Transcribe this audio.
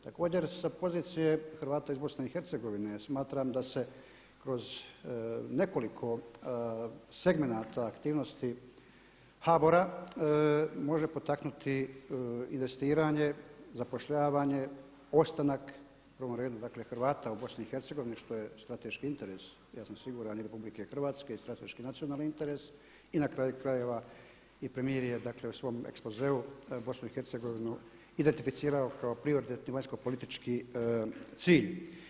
Također sa pozicije Hrvata iz BIH smatram da se kroz nekoliko segmenata aktivnosti HBOR-a može potaknuti investiranje, zapošljavanje, ostanak u prvom redu Hrvata u BIH što je strateški interes ja sam siguran i RH i strateški nacionalni interes i na kraju krajeva i premijer je u svom ekspozeu BIH identificirao kao prioritetni vanjsko politički cilj.